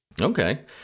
Okay